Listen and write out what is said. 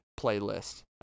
playlist